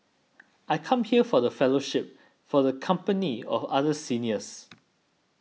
I come here for the fellowship for the company of other seniors